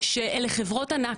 שאלו חברות ענק,